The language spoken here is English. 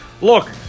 Look